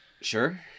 sure